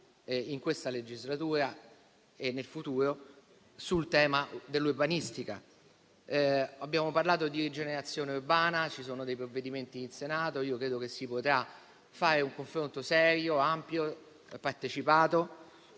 in questa legislatura e nel futuro - sul tema dell'urbanistica. Abbiamo parlato di rigenerazione urbana, ci sono provvedimenti in merito in Senato. Io credo che si potrà fare un confronto serio, ampio e partecipato